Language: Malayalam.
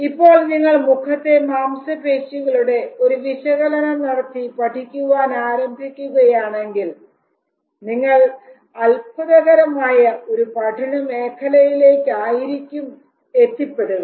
ഇപ്പോൾ നിങ്ങൾ മുഖത്തെ മാംസപേശികളുടെ ഒരു വിശകലനം നടത്തി പഠിക്കുവാൻ ആരംഭിക്കുകയാണെങ്കിൽ നിങ്ങൾ അത്ഭുതകരമായ ഒരു പഠന മേഖലയിലേക്ക് ആയിരിക്കും എത്തിപ്പെടുക